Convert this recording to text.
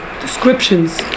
descriptions